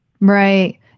Right